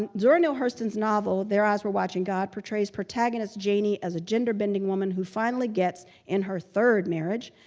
and zora neale hurston's novel, their eyes were watching god, portrays protagonist janie as a genderbending woman who finally gets, in her third marriage,